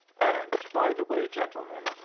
and by the way, gentlemen,